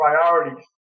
priorities